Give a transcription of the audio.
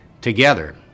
together